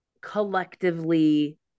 collectively